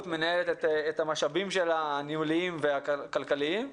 מנהלת את המשאבים הניהוליים והכלכליים שלה.